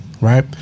Right